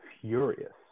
furious